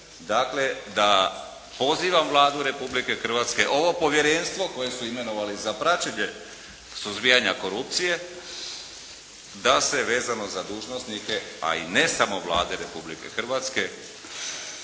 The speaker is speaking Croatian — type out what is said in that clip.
dakle da pozivam Vladu Republike Hrvatske, ovo povjerenstvo koje su imenovali za praćenje suzbijanja korupcije, da se vezano za dužnosnike, a i ne samo Vlade Republike Hrvatske